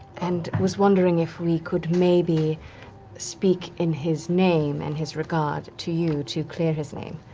and was wondering if we could maybe speak in his name and his regard, to you, to clear his name?